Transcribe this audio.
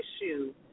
issue